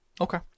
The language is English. Okay